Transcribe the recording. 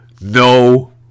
No